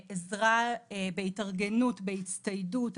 עזרה בהתארגנות ובהצטיידות.